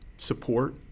support